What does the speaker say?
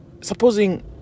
Supposing